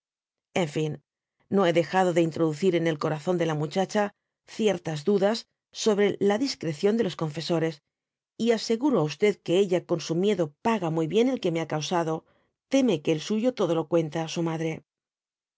en fin no hé dejado de introducir en el corazón de la muchacha ciertas dudas sobre la discreción de los confesores y aseguro á que ella con su miedo paga muy bien el que me ha causado teme que el suyo todo lo conta á su madre